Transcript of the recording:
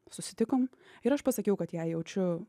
susitikom ir aš pasakiau kad jai jaučiu